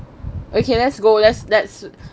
okay let's go let's let's